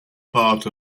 part